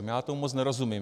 Já tomu moc nerozumím.